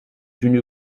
une